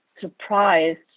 surprised